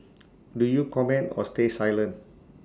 do you comment or stay silent